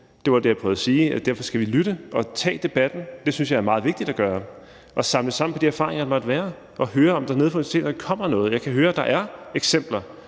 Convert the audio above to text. Det var det, jeg prøvede at sige, og derfor skal vi lytte og tage debatten – det synes jeg er meget vigtigt at gøre – og samle sammen på de erfaringer, der måtte være, og høre, om der nede fra universiteterne kommer noget. Jeg kan høre, at der er eksempler.